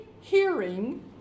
hearing